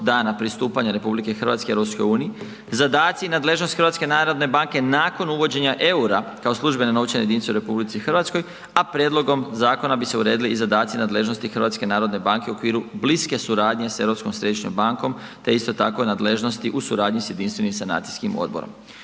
dana pristupanja RH EU-u, zadaci i nadležnost HNB-a nakon uvođenja eura kao službene novčane jedinice u RH a prijedlogom zakona bi se uredili i zadaci i nadležnosti HNB-a u okviru bliske suradnje sa Europskom središnjom bankom te isto tako nadležnosti u suradnji sa jedinstvenim sanacijskim odborom.